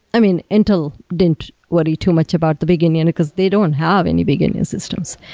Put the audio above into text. i mean, intel didn't worry too much about the big indian, because they don't have any big indian systems.